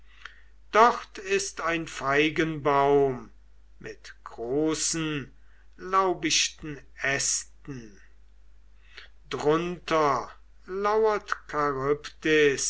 dort ist ein feigenbaum mit großen laubichten ästen drunter lauert